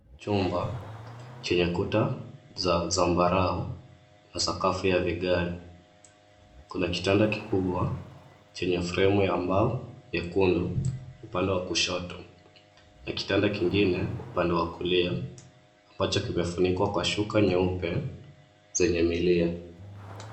Chumba chenye kuta za zambarau na sakafu ya vigae. Kuna kitanda kikubwa chenye fremu ya mbao nyekundu upande wa kushoto na kitanda kingine upande wa kulia, ambacho kimefunikwa kwa shuka nyeupe zenye milia.